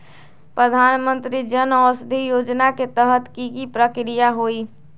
प्रधानमंत्री जन औषधि योजना के तहत की की प्रक्रिया होई?